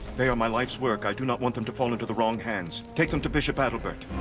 they are my life's work. i do not want them to fall into the wrong hands. take them to bishop adalbert.